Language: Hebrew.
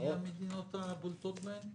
מי המדינות הבולטות בהן?